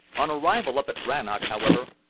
on arrival up at rannoch, however,